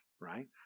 right